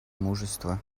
мужество